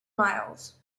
miles